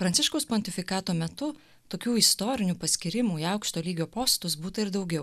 pranciškaus pontifikato metu tokių istorinių paskyrimų į aukšto lygio postus būta ir daugiau